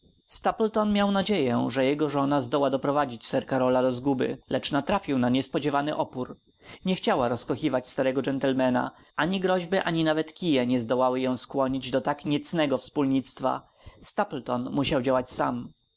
stapleton miał nadzieję że jego żona zdoła doprowadzić sir karola do zguby lecz natrafił na niespodziewany opór nie chciała rozkochywać starego gentlemana oni groźby ani nawet kije nie zdołały ją skłonić do tak niecnego wspólnictwa stapleton musiał działać sam